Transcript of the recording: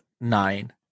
nine